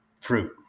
fruit